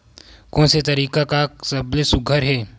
कोन से तरीका का सबले सुघ्घर हे?